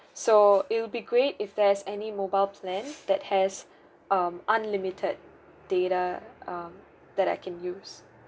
so it will be great if there's any mobile plan that has um unlimited data uh that I can use